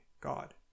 God